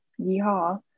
yeehaw